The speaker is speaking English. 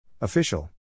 Official